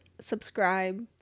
Subscribe